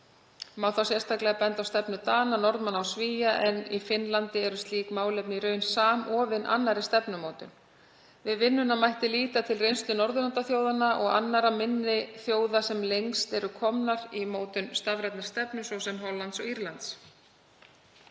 Má þar sérstaklega benda á stefnur Dana, Norðmanna og Svía, en í Finnlandi eru slík málefni í raun samofin annarri stefnumótun. Við vinnuna mætti líta til reynslu Norðurlandaþjóðanna og annarra minni þjóða sem lengst eru komnar í mótun stafrænnar stefnu, svo sem Hollands og Írlands.